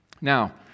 Now